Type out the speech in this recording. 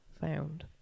found